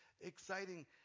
exciting